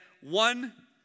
one